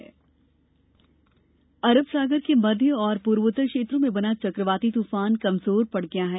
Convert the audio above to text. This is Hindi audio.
तूफान अरब सागर के मध्य और पूर्वोत्तर क्षेत्रों में बना चक्रवाती तूफान कमजोर पड़ गया है